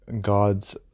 God's